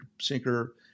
sinker